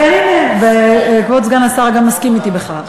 כן, הנה, כבוד סגן השר מסכים אתי בכך.